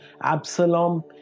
absalom